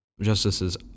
Justices